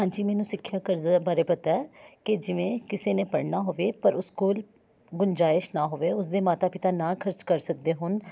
ਹਾਂਜੀ ਮੈਨੂੰ ਸਿੱਖਿਆ ਕਰਜ਼ਾ ਬਾਰੇ ਪਤਾ ਹੈ ਕਿ ਜਿਵੇਂ ਕਿਸੇ ਨੇ ਪੜ੍ਹਨਾ ਹੋਵੇ ਪਰ ਉਸ ਕੋਲ ਗੁੰਜਾਇਸ਼ ਨਾ ਹੋਵੇ ਉਸ ਦੇ ਮਾਤਾ ਪਿਤਾ ਨਾ ਖਰਚ ਕਰ ਸਕਦੇ ਹੋਣ